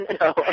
No